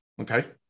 Okay